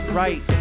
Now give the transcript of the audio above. right